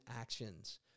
actions